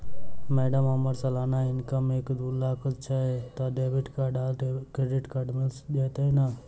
Madam हम्मर सलाना income एक दु लाख लगभग छैय तऽ डेबिट कार्ड आ क्रेडिट कार्ड मिल जतैई नै?